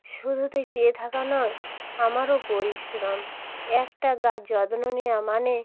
শুধু তো ওই চেয়ে থাকা নয় আমারও পরিশ্রম একটা গাছ যত্ন নেওয়া মানে